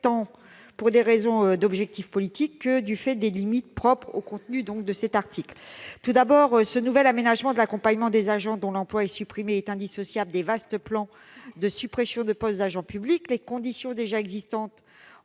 tant des objectifs politiques que des limites propres au contenu de cet article. Tout d'abord, ce nouvel aménagement de l'accompagnement des agents dont l'emploi est supprimé est indissociable des vastes plans de suppressions de postes d'agents publics. Les conditions ont déjà été mises